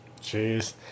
Jeez